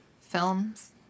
Films